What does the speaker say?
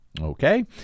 Okay